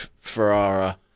Ferrara